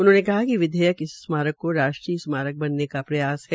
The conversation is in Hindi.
उन्होंने कहा कि विधेयक इस स्मारक को राष्ट्रीय स्माकर बनाने का प्रयास है